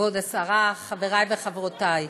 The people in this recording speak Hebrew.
כבוד השרה, חברי וחברותי,